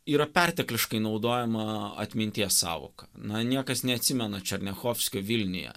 yra pertekliškai naudojama atminties sąvoka na niekas neatsimena černiachovskio vilniuje